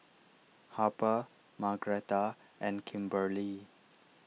Harper Margretta and Kimberlee